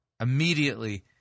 Immediately